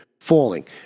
falling